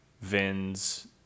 Vin's